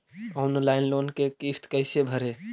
Online loan के किस्त कैसे भरे?